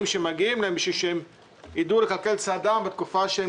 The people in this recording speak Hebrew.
שמגיעים להם בשביל שהם יידעו לכלכל את צעדם בתקופה שהם